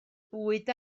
bwyd